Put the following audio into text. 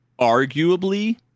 arguably